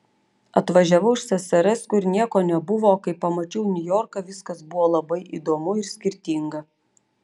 atvažiavau iš ssrs kur nieko nebuvo o kai pamačiau niujorką viskas buvo labai įdomu ir skirtinga